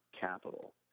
capital